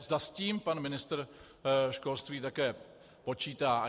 Zda s tím pan ministr školství také počítá.